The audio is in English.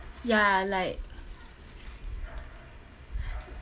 ya like